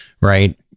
Right